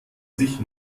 sich